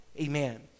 amen